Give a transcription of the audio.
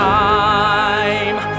time